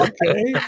Okay